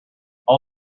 all